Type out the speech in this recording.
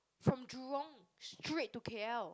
from Jurong straight to K_L